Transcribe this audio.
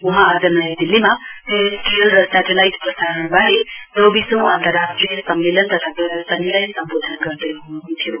वहाँ आज नयाँ दिल्लीमा टेरेस्ट्रियल र स्याटेलाईट प्रसारणबारे चौबिसौ अन्तराष्ट्रिय सम्मेलन तथा प्रदर्शनीलाई सम्बोधन गर्दै ह्नुह्न्थ्यो